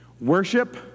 worship